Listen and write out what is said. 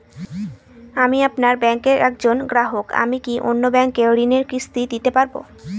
আমি আপনার ব্যাঙ্কের একজন গ্রাহক আমি কি অন্য ব্যাঙ্কে ঋণের কিস্তি দিতে পারবো?